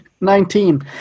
Nineteen